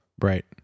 right